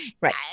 Right